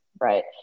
right